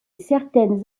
certaines